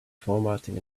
formatting